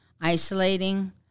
isolating